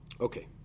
okay